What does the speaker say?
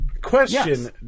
Question